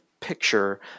picture